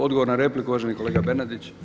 Odgovor na repliku uvaženi kolega Bernardić.